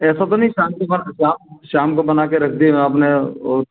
ऐसा तो नहीं है कि शाम को शाम को बना के रख दिया आपने और